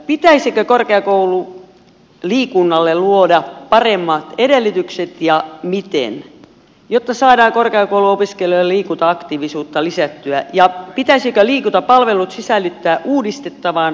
pitäisikö korkeakoululiikunnalle luoda paremmat edellytykset ja miten jotta saadaan korkeakouluopiskelijoiden liikunta aktiivisuutta lisättyä ja pitäisikö liikuntapalvelut sisällyttää uudistettavaan ammattikorkeakoululakiin